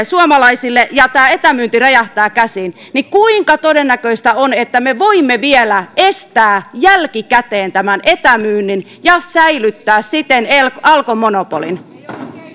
suomalaisille ja tämä etämyynti räjähtää käsiin niin kuinka todennäköistä on että me voimme vielä jälkikäteen estää tämän etämyynnin ja säilyttää siten alkon monopolin